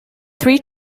three